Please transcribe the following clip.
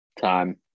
time